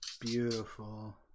Beautiful